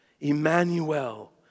Emmanuel